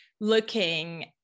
looking